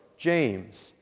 James